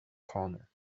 corner